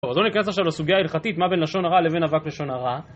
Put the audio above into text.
אז לא ניכנס עכשיו לסוגיה ההלכתית, מה בין לשון הרע לבין אבק לשון הרע.